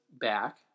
back